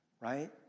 right